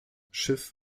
schiff